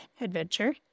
adventure